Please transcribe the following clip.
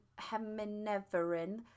Hemineverin